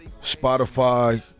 Spotify